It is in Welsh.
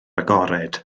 agored